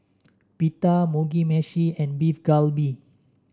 Pita Mugi Meshi and Beef Galbi